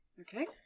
Okay